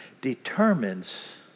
determines